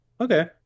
Okay